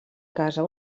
casa